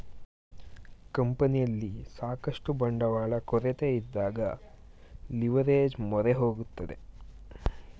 ಕಂಪನಿಯಲ್ಲಿ ಸಾಕಷ್ಟು ಬಂಡವಾಳ ಕೊರತೆಯಿದ್ದಾಗ ಲಿವರ್ಏಜ್ ಮೊರೆ ಹೋಗುತ್ತದೆ